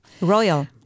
royal